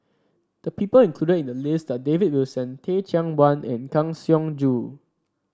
the people include in the list are David Wilson Teh Cheang Wan and Kang Siong Joo